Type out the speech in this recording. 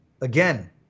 Again